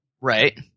Right